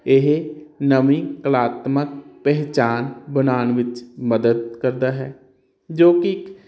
ਇਹ ਨਵੀਂ ਕਲਾਤਮਕ ਪਹਿਚਾਨ ਬਣਾਉਣ ਵਿੱਚ ਮਦਦ ਕਰਦਾ ਹੈ ਜੋ ਕਿ